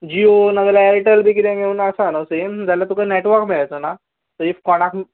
जियो ना जाल्यार एयरटेल बी कितें घेवन आसा न्हू जाल्यार तुका नेटवर्क मेळचो ना सो इफ कोणाक